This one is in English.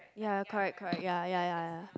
ya correct correct ya ya ya ya